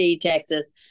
Texas